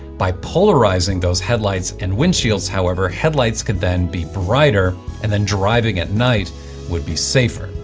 by polarizing those headlights and windshields however, headlights could then be brighter and then driving at night would be safer.